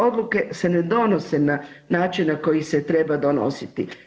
Odluke se ne donose na način na koji se treba donositi.